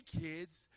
kids